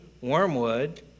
wormwood